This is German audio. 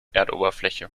erdoberfläche